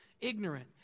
ignorant